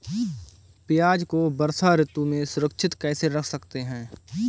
प्याज़ को वर्षा ऋतु में सुरक्षित कैसे रख सकते हैं?